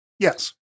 Yes